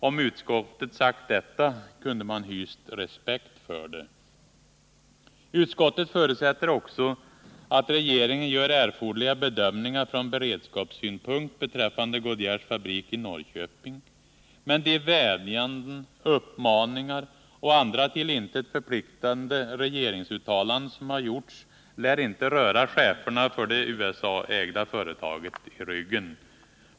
Om utskottet sagt detta kunde man hyst respekt för det. Utskottet förutsätter också att regeringen gör erforderliga bedömningar från beredskapssynpunkt beträffande Goodyears fabrik i Norrköping. Men de vädjanden, uppmaningar och andra till intet förpliktande regeringsuttalanden som har gjorts lär inte röra cheferna för det USA-ägda företaget i ryggen.